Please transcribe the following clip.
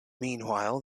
meanwhile